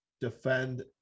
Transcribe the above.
defend